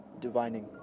divining